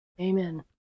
Amen